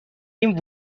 این